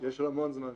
יש המון זמן.